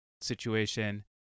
situation